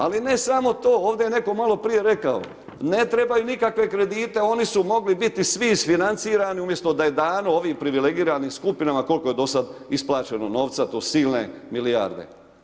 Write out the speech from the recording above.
Ali, ne samo to, ovdje je netko maloprije rekao, ne trebaju nikakve kredite, oni su mogli biti svi isfinanirati, umjesto da je dano ovim privilegijima skupinama, koliko je do sad isplaćeno novca, to silne milijarde.